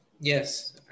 Yes